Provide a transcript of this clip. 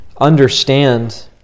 understand